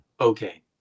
Okay